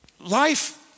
Life